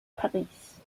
paris